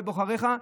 בבוחריך,